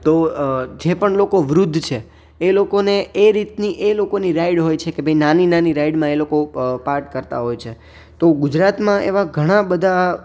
તો જે પણ લોકો વૃદ્ધ છે એ લોકોને એ રીતની એ લોકોની રાઈડ હોય છે કે ભઈ નાની નાની રાઈડમાં એ લોકો પાર્ટ કરતા હોય છે તો ગુજરાતમાં એવા ઘણા બધા